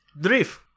drift